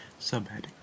Subheading